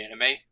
anime